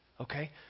Okay